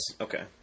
okay